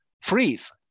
freeze